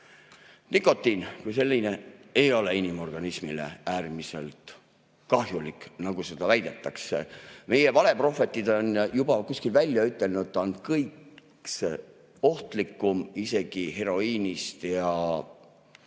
Nikotiin kui selline ei ole inimorganismile nii kahjulik, nagu seda väidetakse. Meie valeprohvetid on kuskil juba välja ütelnud, et ta on ohtlikum isegi heroiinist ja